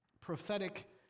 prophetic